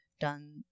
done